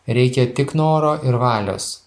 reikia tik noro ir valios